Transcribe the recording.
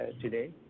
today